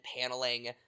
paneling